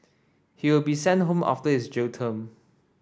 he will be sent home after his jail term